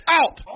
out